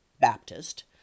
Baptist